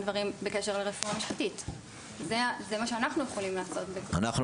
בשביל שאנחנו נוכל לגבות אותה.